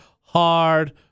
hard